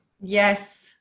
Yes